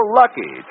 lucky